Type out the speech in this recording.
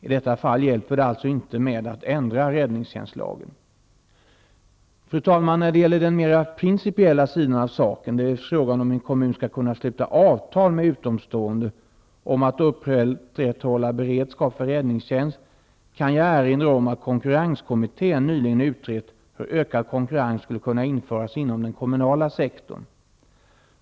I detta fall hjälper det alltså inte med att ändra räddningstjänstlagen. Fru talman! När det gäller den mer principiella sidan av saken, dvs. frågan om en kommun skall kunna sluta avtal med utomstående om att upprätthålla beredskap för räddningstjänst, kan jag erinra om att konkurrenskommittén nyligen utrett hur ökad konkurrens skulle kunna införas inom den kommunala sektorn.